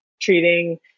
treating